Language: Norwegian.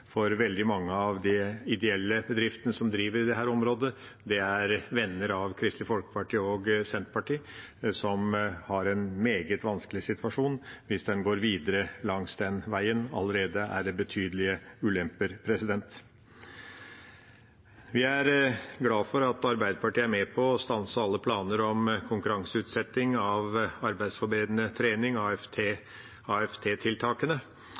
for veldig mange av de ideelle bedriftene som driver i dette området, er venner av Kristelig Folkeparti og Senterpartiet. De får en meget vanskelig situasjon hvis en går videre langs den veien, og allerede er det betydelige ulemper. Vi er glad for at Arbeiderpartiet er med på å stanse alle planer om konkurranseutsetting av arbeidsforberedende trening,